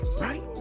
Right